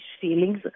feelings